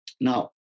Now